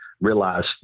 realize –